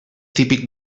típic